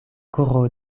koro